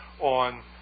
on